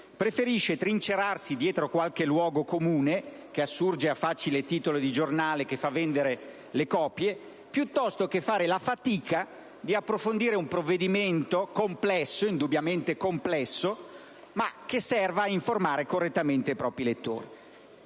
preferisce trincerarsi dietro qualche luogo comune che assurge a titolo di giornale, che fa vendere copie, piuttosto che fare la fatica di approfondire un provvedimento complesso, indubbiamente complesso, per informare correttamente i propri lettori.